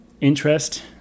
interest